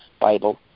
Bible